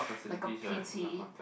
like a puzzle